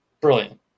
Brilliant